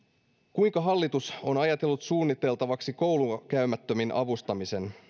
kuinka hallitus on ajatellut suunniteltavaksi koulua käymättömien avustamisen